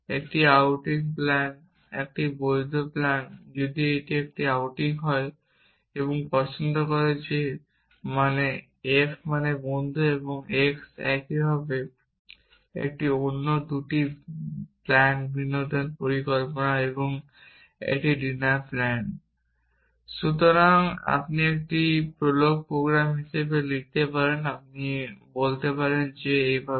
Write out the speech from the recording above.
একটি outing plan একটি বৈধ প্ল্যান যদি এটি একটি আউটিং হয় এবং পছন্দ করে যা f মানে বন্ধু x একইভাবে একটি অন্য 2টি প্ল্যান বিনোদন পরিকল্পনা এবং একটি ডিনার প্যান। সুতরাং আপনি এটি একটি প্রোলগ প্রোগ্রাম হিসাবে লিখতে পারেন আপনি বলতে পারেন যে এইভাবে